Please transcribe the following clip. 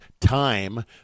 time